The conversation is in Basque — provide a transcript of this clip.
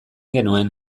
genuen